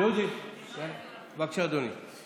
בבקשה, אדוני.